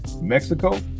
Mexico